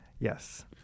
Yes